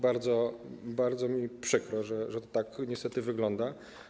Bardzo, bardzo mi przykro, że to tak niestety wygląda.